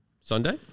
Sunday